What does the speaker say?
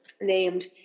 named